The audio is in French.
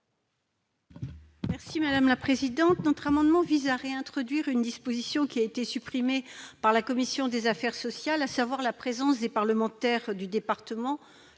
Mme Laurence Cohen. Notre amendement vise à réintroduire une disposition supprimée par la commission des affaires sociales, à savoir la présence des parlementaires du département